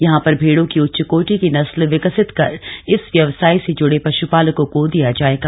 यहां पर भैड़ों की उच्चकोटी की नस्ल विकसित कर इस व्यवसाय से जुड़े पश्पालकों को दिया जाएगा